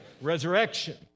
resurrection